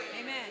Amen